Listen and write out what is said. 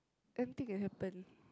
anything can happen